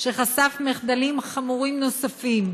שחשף מחדלים חמורים נוספים.